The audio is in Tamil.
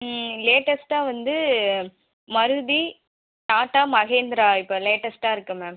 ம் லேட்டஸ்ட்டாக வந்து மமருதி டாடா மஹேந்திரா இப்போ லேட்டஸ்ட்டாக இருக்குது மேம்